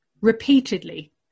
repeatedly